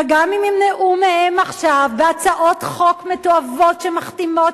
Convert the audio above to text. וגם אם ימנעו מהם עכשיו בהצעות חוק מתועבות שמכתימות